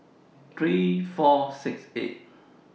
three thousand four hundred and sixty eight